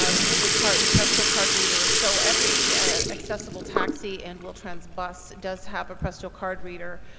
ah should the car, the presto card reader. so every accessible taxi and wheel-trans bus does have a presto card reader.